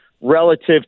relative